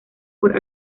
por